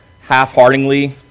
half-heartingly